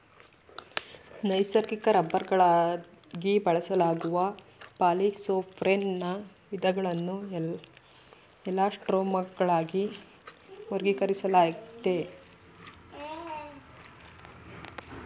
ನೈಸರ್ಗಿಕ ರಬ್ಬರ್ಗಳಾಗಿ ಬಳಸಲಾಗುವ ಪಾಲಿಸೊಪ್ರೆನ್ನ ವಿಧಗಳನ್ನು ಎಲಾಸ್ಟೊಮರ್ಗಳಾಗಿ ವರ್ಗೀಕರಿಸಲಾಗಯ್ತೆ